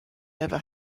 never